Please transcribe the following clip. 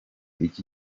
iki